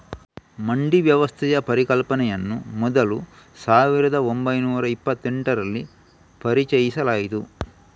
ಮಂಡಿ ವ್ಯವಸ್ಥೆಯ ಪರಿಕಲ್ಪನೆಯನ್ನ ಮೊದಲು ಸಾವಿರದ ಒಂಬೈನೂರ ಇಪ್ಪತೆಂಟರಲ್ಲಿ ಪರಿಚಯಿಸಲಾಯ್ತು